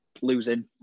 losing